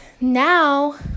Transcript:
now